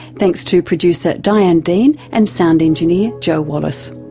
thanks to producer diane dean and sound engineer joe wallace.